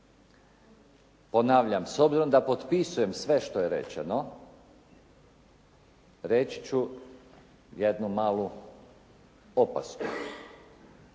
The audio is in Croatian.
Ponavljam, s obzirom da potpisujem sve što je rečeno, reći ću jednu malu opasku